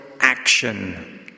action